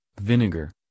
vinegar